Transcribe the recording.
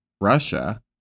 Russia